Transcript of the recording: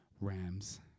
rams